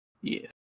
Yes